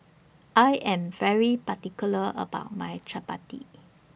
I Am particular about My Chapati